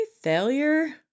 failure